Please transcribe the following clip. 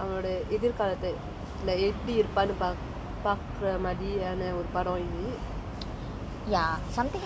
அவனோட எதிர்காலத்த:oruthan vanthu avanoda ethirkaalatha like எப்படி இருப்பான்னு பாக் பாக்குற மாதிறியான ஒரு படம் இது:eppadi iruppaannu pak pakkura madiriyaana oru padam ithu